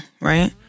Right